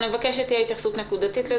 נבקש שתהיה לזה התייחסות נקודתית.